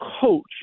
coach